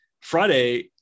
Friday